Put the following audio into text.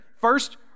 First